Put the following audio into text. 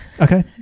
Okay